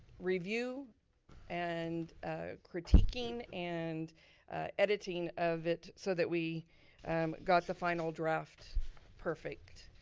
review and ah critiquing and editing of it so that we um got the final draft perfect.